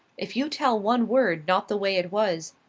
if you tell one word not the way it was,